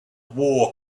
war